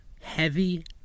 ...heavy